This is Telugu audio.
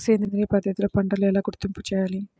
సేంద్రియ పద్ధతిలో పంటలు ఎలా గుర్తింపు చేయాలి?